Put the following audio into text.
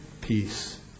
peace